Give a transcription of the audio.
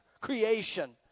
Creation